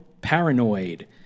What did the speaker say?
Paranoid